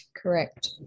correct